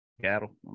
Cattle